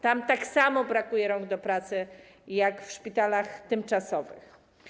Tam tak samo brakuje rąk do pracy jak w szpitalach tymczasowych.